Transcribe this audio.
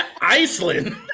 Iceland